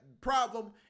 problem